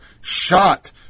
shot